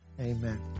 amen